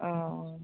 अ